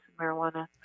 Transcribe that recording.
marijuana